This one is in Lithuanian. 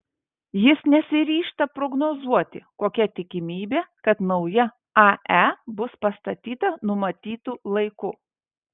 jis nesiryžta prognozuoti kokia tikimybė kad nauja ae bus pastatyta numatytu laiku